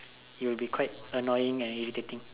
it will be quite annoying and irritating